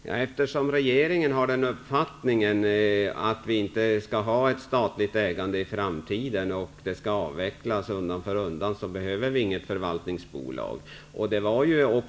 Herr talman! Eftersom regeringen har uppfattningen att vi inte skall ha ett statligt ägande i framtiden och att detta skall avvecklas undan för undan, behöver vi inget förvaltningsbolag.